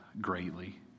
greatly